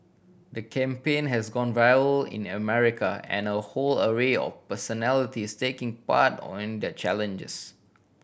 the campaign has gone viral in America and a whole array of personalities taking part on the challenges